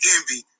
Envy